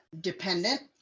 dependent